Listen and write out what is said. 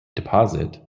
deposit